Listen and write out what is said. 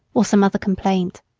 or some other complaint.